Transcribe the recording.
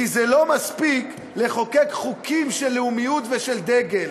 כי לא מספיק לחוקק חוקים של לאומיות ושל דגל,